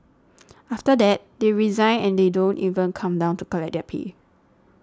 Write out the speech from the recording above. after that they resign and they don't even come down to collect their pay